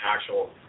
actual